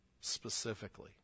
specifically